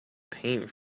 paint